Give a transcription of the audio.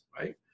right